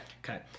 Okay